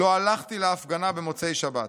לא הלכתי להפגנה במוצאי שבת.